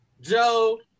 Joe